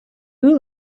who